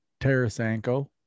Tarasenko